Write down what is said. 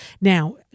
Now